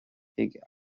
chuig